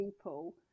people